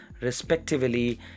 respectively